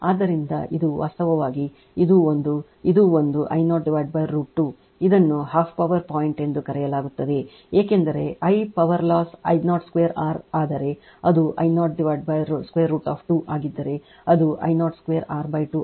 ಆದ್ದರಿಂದ ಇದು ವಾಸ್ತವವಾಗಿ ಇದು 1 ಇದು 1 ಇದು I 0 √ 2 ಇದನ್ನು 12 ಪವರ್ ಪಾಯಿಂಟ್ ಎಂದು ಕರೆಯಲಾಗುತ್ತದೆ ಏಕೆಂದರೆ I power loss I 02 R ಆದರೆ ಅದು I 0 √ 2 ಆಗಿದ್ದರೆ ಅದು I 0 2 R 2 ಆಗಿರುತ್ತದೆ